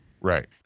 Right